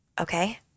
okay